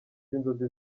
n’inzozi